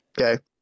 Okay